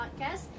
podcast